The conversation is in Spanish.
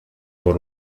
por